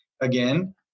again